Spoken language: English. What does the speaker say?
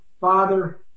Father